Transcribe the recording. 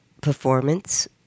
performance